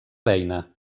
beina